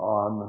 on